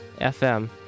fm